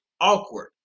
awkward